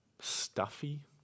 Stuffy